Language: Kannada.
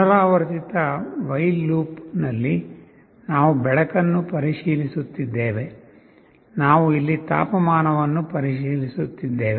ಪುನರಾವರ್ತಿತ ವೈಲ್ ಲೂಪ್ ನಲ್ಲಿ ನಾವು ಬೆಳಕನ್ನು ಪರಿಶೀಲಿಸುತ್ತಿದ್ದೇವೆ ನಾವು ಇಲ್ಲಿ ತಾಪಮಾನವನ್ನು ಪರಿಶೀಲಿಸುತ್ತಿದ್ದೇವೆ